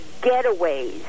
getaways